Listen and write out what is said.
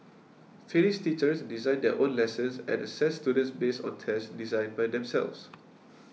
finnish teachers design their own lessons and assess students based on tests designed by themselves